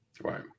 Right